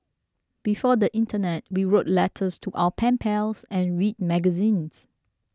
before the internet we wrote letters to our pen pals and read magazines